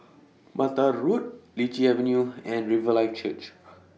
Mattar Road Lichi Avenue and Riverlife Church